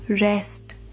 rest